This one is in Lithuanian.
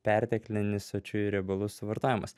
perteklinis sočiųjų riebalų suvartojimas